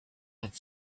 had